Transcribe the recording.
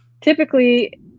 Typically